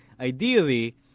ideally